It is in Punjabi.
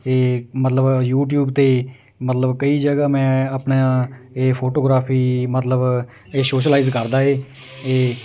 ਇਹ ਮਤਲਬ ਯੂਟਿਊਬ 'ਤੇ ਮਤਲਬ ਕਈ ਜਗ੍ਹਾ ਮੈਂ ਆਪਣਾ ਇਹ ਫੋਟੋਗ੍ਰਾਫੀ ਮਤਲਬ ਇਹ ਸੋਸ਼ਲਲਾਈਜ ਕਰਦਾ ਹੈ ਇਹ